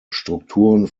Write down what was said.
strukturen